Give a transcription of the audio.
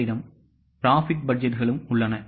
உங்களிடம் profit பட்ஜெட்களும் உள்ளன